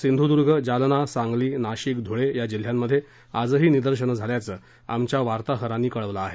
सिंधूदुर्ग जालना सांगली नाशिक धुळे या जिल्ह्यांमध्ये आजही निदर्शनं झाल्याचं आमच्या वार्ताहरांनी कळवलं आहे